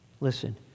Listen